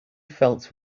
felt